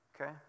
okay